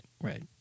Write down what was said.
right